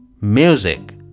music